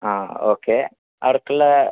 ആ ഓക്കെ അവർക്കുള്ള